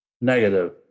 Negative